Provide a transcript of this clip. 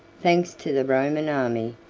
thanks to the roman army,